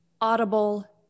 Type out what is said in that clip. audible